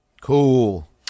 Cool